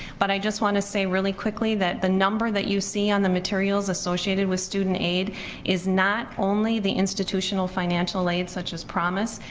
but i just want to say really quickly that the number that you see on the materials associated with student aid is not only the institutional financial aid, such as promise,